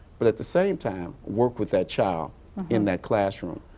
but at the same time work with that child in that classroom.